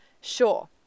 Sure